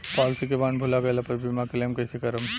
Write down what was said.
Policy के bond भुला गैला पर बीमा क्लेम कईसे करम?